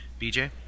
BJ